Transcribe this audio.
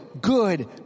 good